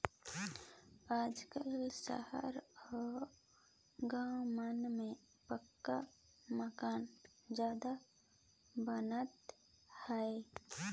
आजकाल सहर अउ गाँव मन में पक्का मकान जादा बनात हे